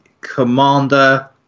commander